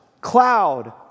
cloud